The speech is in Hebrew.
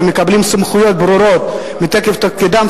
ומקבלים סמכויות ברורות מתוקף תפקידם,